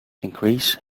increase